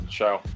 show